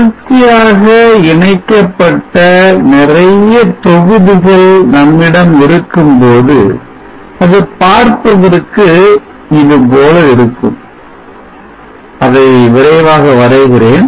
தொடர்ச்சியாக இணைக்கப்பட்ட நிறைய தொகுதிகள் நம்மிடம் இருக்கும் போது அது பார்ப்பதற்கு இது போல இருக்கும் அதை விரைவாக வரைகிறேன்